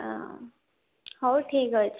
ଆଃ ହଉ ଠିକ୍ଅଛି